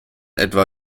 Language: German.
etwa